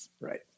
Right